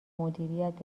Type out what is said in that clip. مدیریت